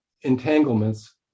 entanglements